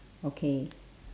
okay